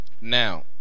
Now